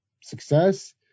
success